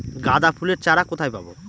গাঁদা ফুলের চারা কোথায় পাবো?